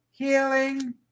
healing